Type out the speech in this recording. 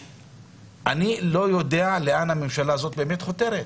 אני לא יודע לאן הממשלה הזאת באמת חותרת.